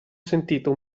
sentito